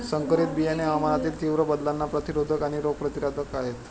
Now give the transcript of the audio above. संकरित बियाणे हवामानातील तीव्र बदलांना प्रतिरोधक आणि रोग प्रतिरोधक आहेत